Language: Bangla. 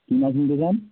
কি মাছ নিতে চান